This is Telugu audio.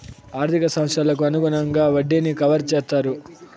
ఆర్థిక సంవత్సరాలకు అనుగుణంగా వడ్డీని కవర్ చేత్తారు